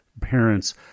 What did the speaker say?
parents